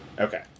Okay